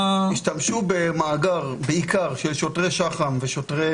השתמשו במאגר בעיקר של שוטרי שח"ם שוטרי